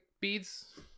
beads